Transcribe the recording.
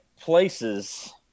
places